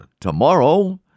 tomorrow